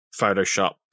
photoshop